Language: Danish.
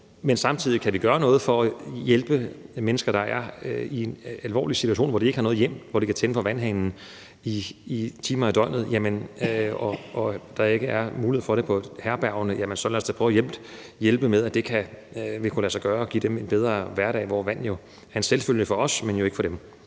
jeg sige, at kan det gøre noget for at hjælpe mennesker, der er i en alvorlig situation, hvor de ikke har noget hjem, hvor de kan tænde for vandhanen i alle timer af døgnet, og der ikke er mulighed for det på herbergerne, jamen så lad os da prøve at hjælpe med at få det til at kunne lade sig gøre at give dem en bedre hverdag. Vand er en selvfølge for os, men jo ikke for dem.